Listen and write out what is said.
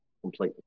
completely